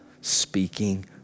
speaking